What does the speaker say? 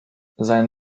sein